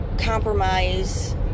compromise